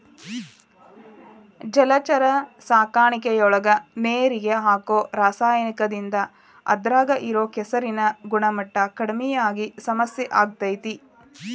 ಜಲಚರ ಸಾಕಾಣಿಕೆಯೊಳಗ ನೇರಿಗೆ ಹಾಕೋ ರಾಸಾಯನಿಕದಿಂದ ಅದ್ರಾಗ ಇರೋ ಕೆಸರಿನ ಗುಣಮಟ್ಟ ಕಡಿಮಿ ಆಗಿ ಸಮಸ್ಯೆ ಆಗ್ತೇತಿ